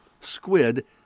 squid